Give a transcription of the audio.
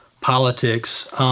politics—